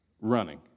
running